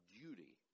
duty